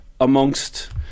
amongst